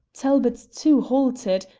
talbot too halted,